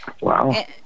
Wow